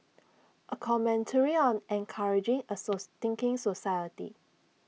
A commentary on encouraging A so thinking society